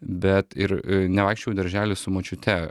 bet ir nevaikščiojau į darželį su močiute